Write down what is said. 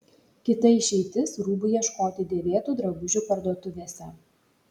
kita išeitis rūbų ieškoti dėvėtų drabužių parduotuvėse